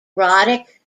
erotic